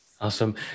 Awesome